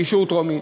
אישור טרומי.